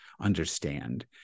understand